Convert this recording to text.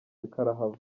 karahava